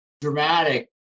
dramatic